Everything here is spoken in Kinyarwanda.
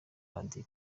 radiyo